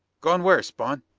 gone where, spawn?